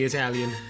Italian